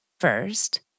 First